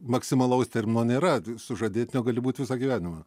maksimalaus termino nėra sužadėtiniu gali būt visą gyvenimą